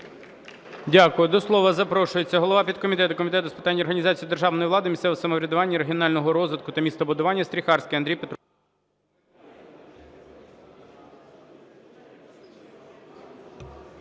Дякую. До слова запрошується голова підкомітету Комітету з питань організації державної влади, місцевого самоврядування, регіонального розвитку та містобудування Стріхарський Андрій Петрович.